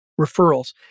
referrals